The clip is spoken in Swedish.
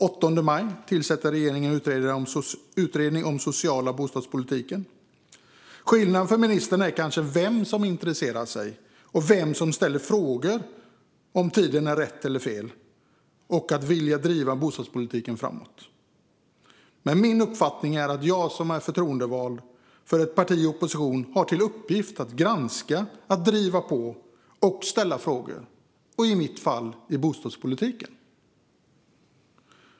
Den 8 maj tillsatte regeringen en utredning om den sociala bostadspolitiken. Skillnaden för ministern när det gäller om tiden är rätt eller fel att vilja driva bostadspolitiken framåt är kanske vem som intresserar sig och vem som ställer frågor. Min uppfattning är dock att jag som förtroendevald för ett parti i opposition har till uppgift att granska, driva på och ställa frågor, i mitt fall gällande bostadspolitiken.